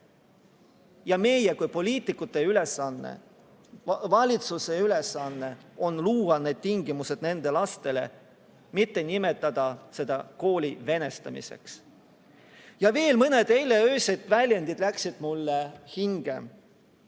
Meie kui poliitikute ülesanne, valitsuse ülesanne on luua need tingimused nendele lastele, mitte nimetada seda kooli venestamiseks. Veel mõned eile öösel kõlanud väljendid läksid mulle hinge.